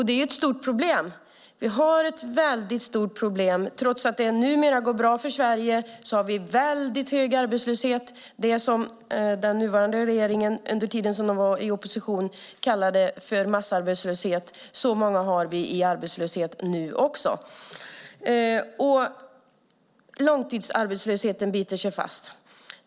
Det är ett stort problem. Vi har ett väldigt stort problem: Trots att det numera går bra för Sverige har vi väldigt hög arbetslöshet, något som den nuvarande regeringen kallade massarbetslöshet under tiden man var i opposition. Så många har vi i arbetslöshet även nu. Långtidsarbetslösheten biter sig fast.